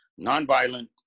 nonviolent